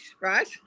right